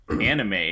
anime